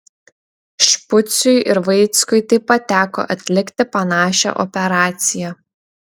špuciui ir vaickui taip pat teko atlikti panašią operaciją